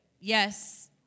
Yes